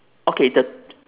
okay the